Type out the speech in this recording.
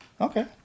okay